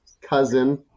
cousin